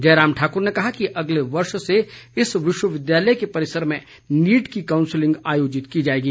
जयराम ने कहा कि अगले वर्ष से इस विश्वविद्यालय के परिसर में नीट की काउंसलिंग आयोजित की जाएगी